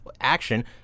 action